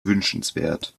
wünschenswert